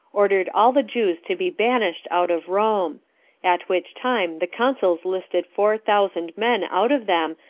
ordered all the jews to be banished out of rome at which time the consuls listed four thousand men out of them,